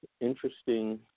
interesting